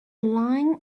line